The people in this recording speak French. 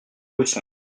leçons